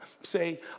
say